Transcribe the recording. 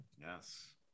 Yes